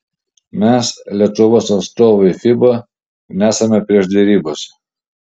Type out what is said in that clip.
mes lietuvos atstovai fiba nesame prieš derybas